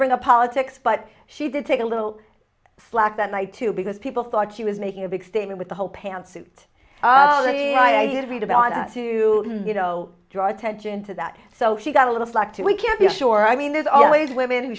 bring up politics but she did take a little flak that night too because people thought she was making a big statement with the whole pants suit and the i read about us to you know draw attention to that so she got a little flak too we can't be sure i mean there's always women who